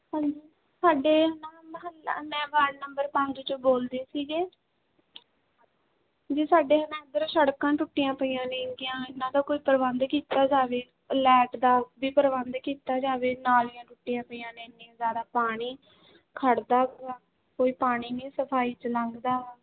ਹਾਂਜੀ ਸਾਡੇ ਮੈਂ ਵਾਰਡ ਨੰਬਰ ਪੰਜ 'ਚੋ ਬੋਲਦੇ ਸੀਗੇ ਜੀ ਸਾਡੇ ਨਾ ਇੱਧਰ ਸੜਕਾਂ ਟੁੱਟੀਆਂ ਪਈਆਂ ਨੇਗੀਆਂ ਇਹਨਾਂ ਦਾ ਕੋਈ ਪ੍ਰਬੰਧ ਕੀਤਾ ਜਾਵੇ ਲੈਟ ਦਾ ਵੀ ਪ੍ਰਬੰਧ ਕੀਤਾ ਜਾਵੇ ਨਾਲੀਆਂ ਟੁੱਟੀਆਂ ਪਈਆਂ ਨੇ ਇੰਨੀਆਂ ਜ਼ਿਆਦਾ ਪਾਣੀ ਖੜ੍ਹਦਾ ਪਿਆ ਕੋਈ ਪਾਣੀ ਨਹੀਂ ਸਫਾਈ 'ਚ ਲੰਘਦਾ